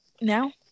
now